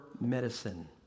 medicine